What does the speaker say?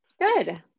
Good